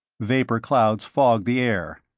vapor clouds fogged the air.